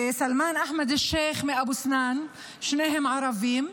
וסלמאן אחמד א-שייח מאבו סנאן, שניהם ערבים.